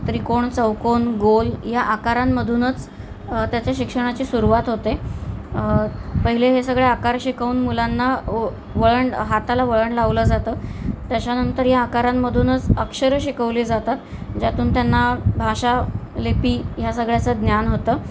त्रिकोण चौकोन गोल या आकारांमधूनच त्याच्या शिक्षणाची सुरवात होते पहिले हे सगळे आकार शिकवून मुलांना व वळण हाताला वळण लावलं जातं त्याच्यानंतर या आकारांमधूनच अक्षरं शिकवली जातात ज्यातून त्यांना भाषा लिपी ह्या सगळ्याचं ज्ञान होतं